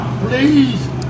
please